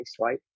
right